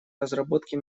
разработки